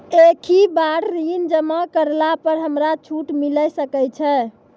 एक ही बार ऋण जमा करला पर हमरा छूट मिले सकय छै?